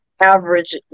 Average